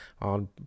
on